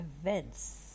events